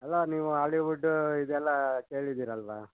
hello ನೀವು Hollywood ಇದೆಲ್ಲ ಕೇಳಿದ್ದೀರಲ್ವ